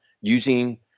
using